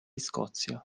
scozia